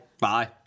Bye